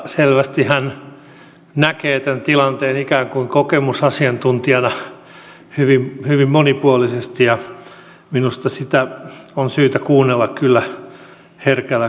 selvästi hän näkee tämän tilanteen ikään kuin kokemusasiantuntijana hyvin monipuolisesti ja minusta häntä on syytä kuunnella kyllä herkällä korvalla